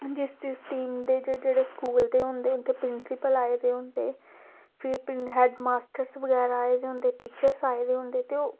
जिस जिस टीम दे जेह्ड़े स्कूल दे होंदे उत्थें प्रिंसीपल आए दे होंदे फिर हैड मास्टर्स बगैरा आए दे होंदे टीचर्स आए दे होंदे ते ओह्